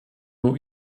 nur